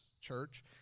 church